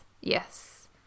yes